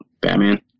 Batman